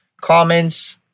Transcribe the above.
comments